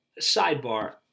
sidebar